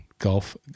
golf